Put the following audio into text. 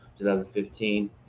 2015